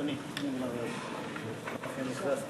(חברי הכנסת